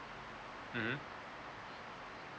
mmhmm